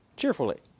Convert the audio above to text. Cheerfully